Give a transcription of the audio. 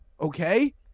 okay